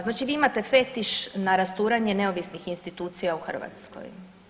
Znači vi imate fetiš na rasturanje neovisnih institucija u Hrvatskoj.